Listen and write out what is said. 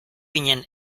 ginen